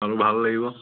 আৰু ভাল লাগিব